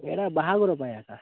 ଏଇଟା ବାହଘର ପାଇଁ ଏକା